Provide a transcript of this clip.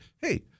hey